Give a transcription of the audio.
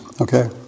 okay